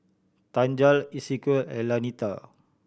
Tanja Esequiel and Lanita